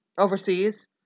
Overseas